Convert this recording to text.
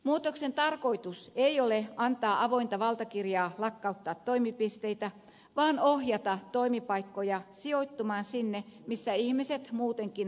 muutoksen tarkoitus ei ole antaa avointa valtakirjaa lakkauttaa toimipisteitä vaan ohjata toimipaikkoja sijoittumaan sinne missä ihmiset muutenkin asioivat